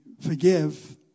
forgive